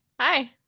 Hi